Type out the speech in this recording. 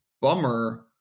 bummer